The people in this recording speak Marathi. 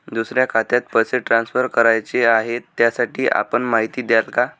दुसऱ्या खात्यात पैसे ट्रान्सफर करायचे आहेत, त्यासाठी आपण माहिती द्याल का?